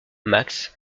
max